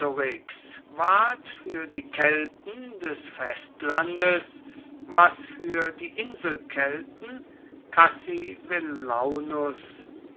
für die kelten des festlandes was für die inselkelten cassivellaunus